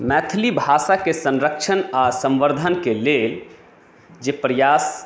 मैथिली भाषाके संरक्षण आओर संवर्द्धनके लेल जे प्रयास